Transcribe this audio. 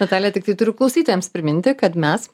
natalija tiktai turiu klausytojams priminti kad mes